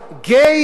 הנה, זה באנגלית.